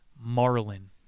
Marlin